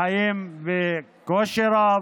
חיים בקושי רב,